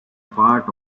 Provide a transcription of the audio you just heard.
part